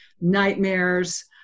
nightmares